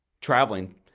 Traveling